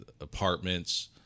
apartments